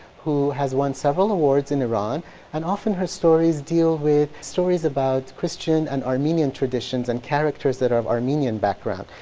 who has won several awards in iran and often her stories deal with stories about christian and armenian traditions and characters that are of armenian background.